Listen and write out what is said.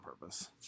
purpose